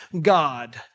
God